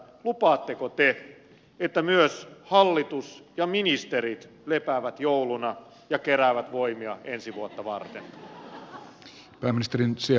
lupaatteko te että myös hallitus ja ministerit lepäävät jouluna ja keräävät voimia ensi vuotta varten